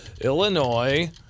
Illinois